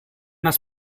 das